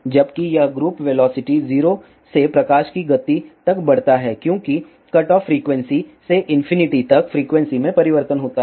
जबकि यह group velocity 0 से प्रकाश की गति तक बढ़ता है क्योंकि कटऑफ फ्रीक्वेंसी से इंफिनिटी तक फ्रीक्वेंसी में परिवर्तन होता है